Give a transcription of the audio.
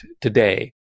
today